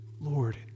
Lord